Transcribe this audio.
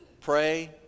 Pray